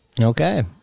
Okay